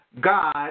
God